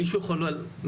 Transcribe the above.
מישהו יכול לומר?